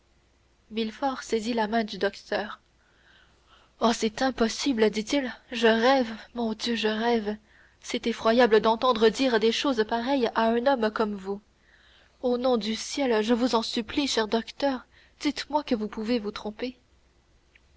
saisit la main du docteur oh c'est impossible dit-il je rêve mon dieu je rêve c'est effroyable d'entendre dire des choses pareilles à un homme comme vous au nom du ciel je vous en supplie cher docteur dites-moi que vous pouvez vous tromper